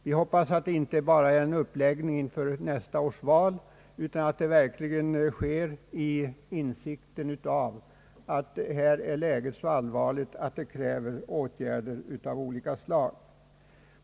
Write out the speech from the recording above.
Vi hoppas att det inte bara är en uppläggning inför nästa års val utan att det verkligen sker i insikten om att läget nu är så allvarligt att det kräver åtgärder av olika slag.